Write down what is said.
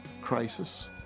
crisis